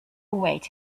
await